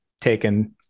taken